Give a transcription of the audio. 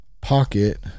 pocket